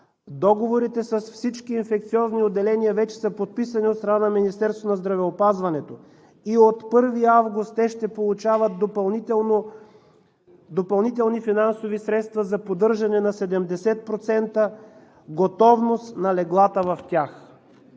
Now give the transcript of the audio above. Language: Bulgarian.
Договорите с всички инфекциозни отделения вече са подписани от страна на Министерството на здравеопазването и от 1 август те ще получават допълнителни финансови средства за поддържане на 70% готовност на леглата в тях.